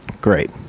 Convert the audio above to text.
Great